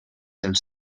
del